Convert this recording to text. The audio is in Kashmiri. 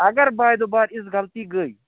اگر بارٕدُبار یِژھ غلطی گٔے